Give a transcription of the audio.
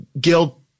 guilt